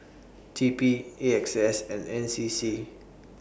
T P A X S and N C C